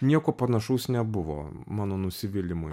nieko panašaus nebuvo mano nusivylimui